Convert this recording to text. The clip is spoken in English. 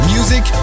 Music